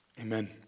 Amen